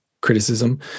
criticism